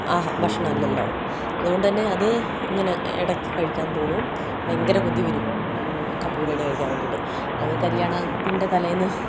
ഭക്ഷണം അല്ലല്ലോ അതുകൊണ്ടുതന്നെ അത് ഇങ്ങനെ ഇടയ്ക്ക് കഴിക്കാന് തോന്നും ഭയങ്കര കൊതിവരും കപ്പബിരിയാണി കഴിക്കാന് വേണ്ടീട്ട് അത് കല്ല്യാണത്തിന്റെ തലേന്ന്